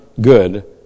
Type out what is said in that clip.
good